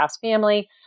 family